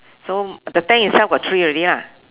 so the tank itself got three already lah